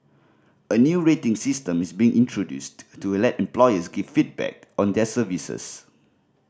a new rating system is being introduced to let employers give feedback on their services